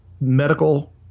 medical